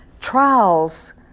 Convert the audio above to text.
trials